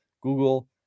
Google